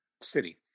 city